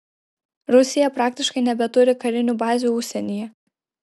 rusija praktiškai nebeturi karinių bazių užsienyje